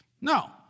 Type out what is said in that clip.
No